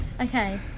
Okay